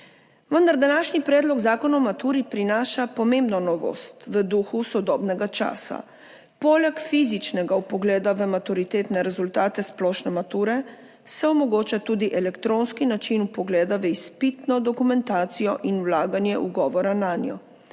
Vendar današnji predlog zakona o maturi prinaša pomembno novost v duhu sodobnega časa: poleg fizičnega vpogleda v maturitetne rezultate splošne mature se omogoča tudi elektronski način vpogleda v izpitno dokumentacijo in vlaganje ugovora nanjo.